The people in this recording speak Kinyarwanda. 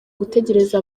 gutegereza